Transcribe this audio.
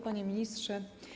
Panie Ministrze!